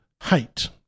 height